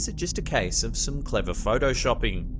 so just a case of some clever photoshopping?